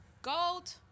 Gold